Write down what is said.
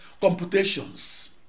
computations